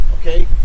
Okay